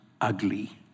ugly